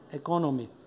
economy